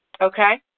Okay